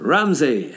Ramsey